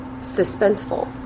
suspenseful